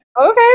okay